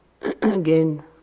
again